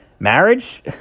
Marriage